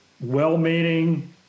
well-meaning